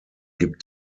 gibt